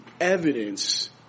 evidence